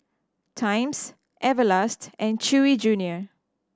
Times Everlast and Chewy Junior